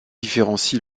différencie